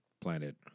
planet